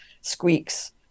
squeaks